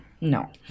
No